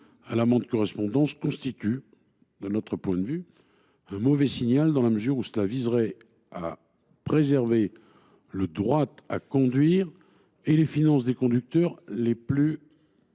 l’amende correspondante, constituerait, de notre point de vue, un mauvais signal, dans la mesure où cela préserverait le droit à conduire et les finances des conducteurs les plus «